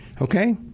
Okay